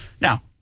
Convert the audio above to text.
Now